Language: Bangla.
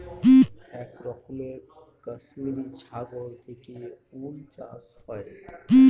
এক রকমের কাশ্মিরী ছাগল থেকে উল চাষ হয়